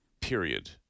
period